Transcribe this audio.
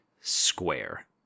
square